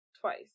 twice